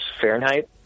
Fahrenheit